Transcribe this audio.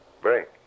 Break